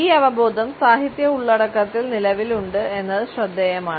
ഈ അവബോധം സാഹിത്യ ഉള്ളടക്കത്തിൽ നിലവിലുണ്ട് എന്നത് ശ്രദ്ധേയമാണ്